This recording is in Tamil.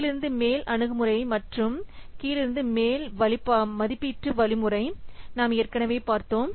கீழிருந்து மேல் அணுகுமுறையைப் மற்றும் கீழிருந்து மேல் மதிப்பீட்டு வழிமுறை நாம் ஏற்கனவே பார்த்தோம்